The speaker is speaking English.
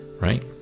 right